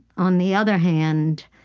on the other hand,